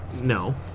No